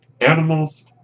animals